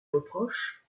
reproche